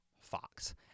Fox